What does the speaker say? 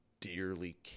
dearly